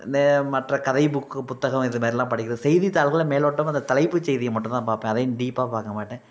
இந்த மற்ற கதை புக்கு புத்தகம் இது மாரிலாம் படிக்கிறது செய்தித்தாள்களை மேலோட்டமாக இந்த தலைப்புச் செய்தியை மட்டும்தான் பார்ப்பேன் அதையும் டீப்பாக பார்க்க மாட்டேன்